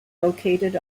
located